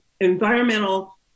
environmental